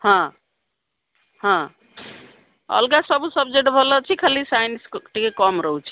ହଁ ହଁ ଅଲଗା ସବୁ ସବଜେକ୍ଟ ଭଲ ଅଛି ଖାଲି ସାଇନ୍ସ ଟିକେ କମ୍ ରହୁଛି